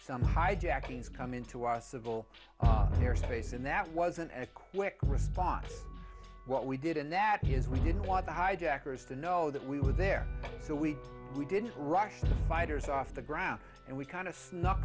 some hijackings come into our civil air space and that wasn't a quick response what we did and that is we didn't want the hijackers to know that we were there so we didn't rush the fighters off the ground and we kind of snuck